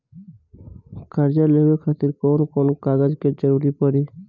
कर्जा लेवे खातिर कौन कौन कागज के जरूरी पड़ी?